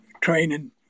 training